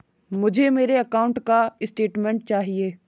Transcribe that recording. मुझे मेरे अकाउंट का स्टेटमेंट चाहिए?